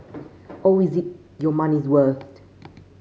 always eat your money's worth